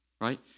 right